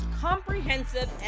comprehensive